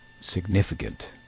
significant